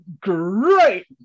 great